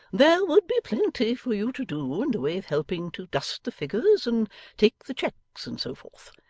there would be plenty for you to do in the way of helping to dust the figures, and take the checks, and so forth.